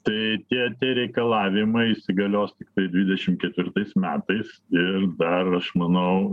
tai tie reikalavimai įsigalios tiktai dvidešim ketvirtais metais ir dar aš manau